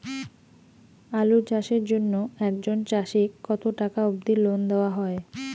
আলু চাষের জন্য একজন চাষীক কতো টাকা অব্দি লোন দেওয়া হয়?